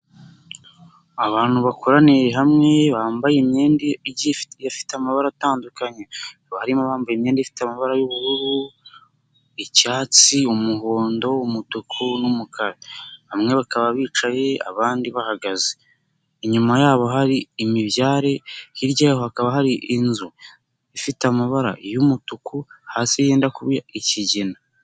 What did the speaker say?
Abantu bakoraniye hamwe bambaye imyenda igiye ifite amabara atandukanye, harimo abambaye imyenda ifite amabara y'ubururu, icyatsi, umuhondo, umutuku n'umukara, bamwe bakaba bicaye abandi bahagaze, inyuma yabo hari imibyare hirya y'aho hakaba hari inzu ifite amabara y'umutuku hasi yenda kuba ikigina.